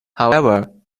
however